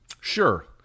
Sure